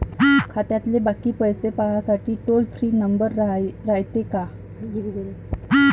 खात्यातले बाकी पैसे पाहासाठी टोल फ्री नंबर रायते का?